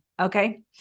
Okay